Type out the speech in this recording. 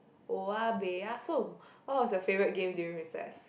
what was your favourite game during recess